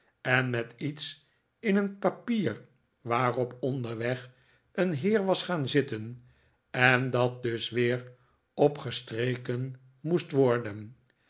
en met iets in een papier waarop onderweg een heer was gaan zitten en dajt dus weer opgestreken moest worden